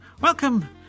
Welcome